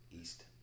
east